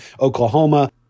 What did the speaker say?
Oklahoma